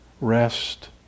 rest